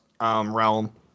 realm